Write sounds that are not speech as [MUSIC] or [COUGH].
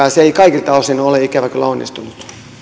[UNINTELLIGIBLE] ja se ei kaikilta osin ole ikävä kyllä onnistunut